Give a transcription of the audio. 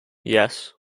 yes